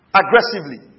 aggressively